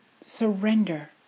surrender